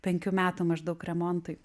penkių metų maždaug remontui